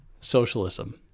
socialism